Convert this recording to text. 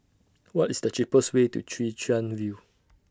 What IS The cheapest Way to Chwee Chian View